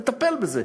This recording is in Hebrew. נטפל בזה.